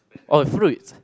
oh fruit